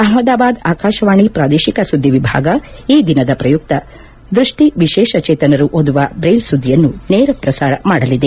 ಅಹಮದಾಬಾದ್ ಆಕಾಶವಾಣಿ ಪ್ರಾದೇಶಿಕ ಸುದ್ದಿ ವಿಭಾಗ ಈ ದಿನದ ಪ್ರಯುಕ್ತ ದೃಷ್ಷಿ ವಿಶೇಷಚೇತನರು ಓದುವ ಬ್ರೈಲ್ ಸುದ್ದಿಯನ್ನು ನೇರ ಪ್ರಸಾರ ಮಾಡಲಿದೆ